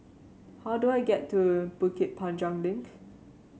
how do I get to Bukit Panjang Link